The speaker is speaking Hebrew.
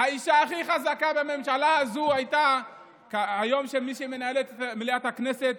האישה הכי חזקה בממשלה הזאת הייתה מי שמנהלת היום את מליאת הכנסת,